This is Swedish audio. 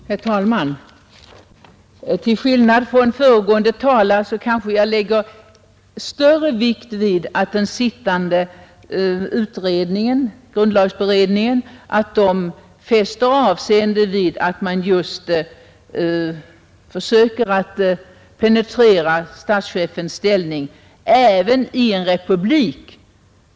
Herr talman! Till skillnad från föregående talare lägger jag stor vikt vid att grundlagberedningen verkligen försöker penetrera statschefens ställning även i en republik.